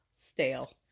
stale